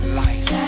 life